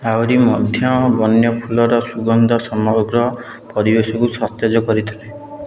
ଆହୁରି ମଧ୍ୟ ବନ୍ୟ ଫୁଲର ସୁଗନ୍ଧ ସମଗ୍ର ପରିବେଶକୁ ସତେଜ କରିଥାଏ